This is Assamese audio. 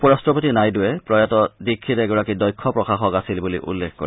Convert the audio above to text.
উপ ৰাট্টপতি নাইডুৰে প্ৰয়াত দীক্ষিত এগৰাকী দক্ষ প্ৰশাসক আছিল বুলি উল্লেখ কৰে